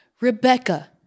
rebecca